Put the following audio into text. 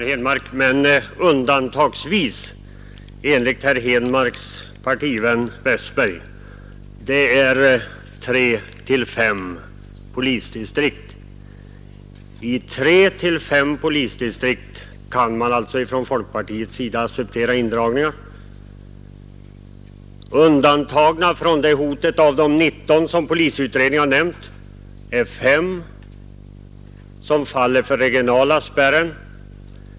Herr talman! ”Undantagsvis” betydde enligt herr Henmarks partivän Westberg i Ljusdal tre till fem polisdistrikt. I tre till fem polisdistrikt kan man från folkpartiets sida acceptera indragningar! Undantagna från det hotet, av de 19 som polisutredningen har nämnt, är fyra som faller för den regionala spärren.